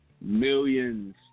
millions